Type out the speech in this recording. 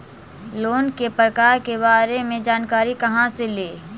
Loan के प्रकार के बारे मे जानकारी कहा से ले?